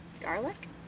garlic